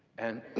and.